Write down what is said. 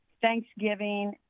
Thanksgiving